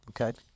Okay